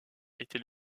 était